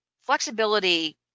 flexibility